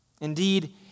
Indeed